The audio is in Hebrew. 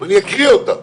ואני אקריא אותם